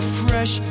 fresh